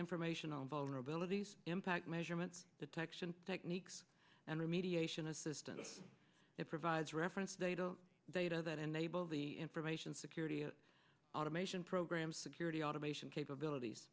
information on vulnerabilities impact measurement detection techniques and remediation assistance it provides reference data data that enable the information security of automation programs security automation capabilities